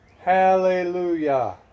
Hallelujah